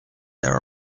their